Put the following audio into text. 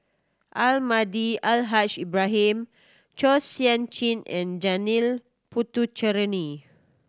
Almahdi Al Haj Ibrahim Chua Sian Chin and Janil Puthucheary